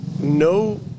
no